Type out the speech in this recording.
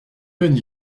peine